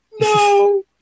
No